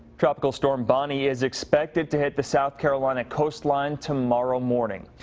tropical storm bonnie is expected to hit the south carolina coastline tomorrow morning.